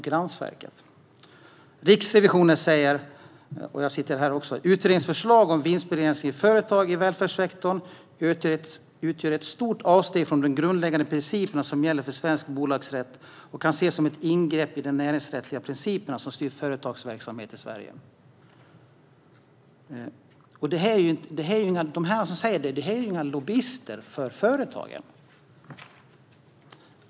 Riksrevisionen säger att utredningens förslag om vinstbegräsning i företag i välfärdssektorn utgör ett stort avsteg från de grundläggande principerna som gäller för svensk bolagsrätt och kan ses som ett ingrepp i de näringsrättsliga principer som styr företagsverksamhet i Sverige. De som säger detta är inga lobbyister för företagen.